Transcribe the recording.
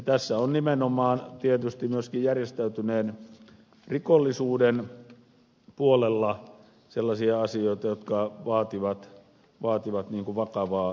tässä on nimenomaan tietysti myöskin järjestäytyneen rikollisuuden puolella sellaisia asioita jotka vaativat vakavaa suhtautumista